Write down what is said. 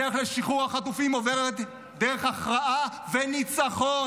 הדרך לשחרור החטופים עוברת דרך הכרעה וניצחון.